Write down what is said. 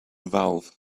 valve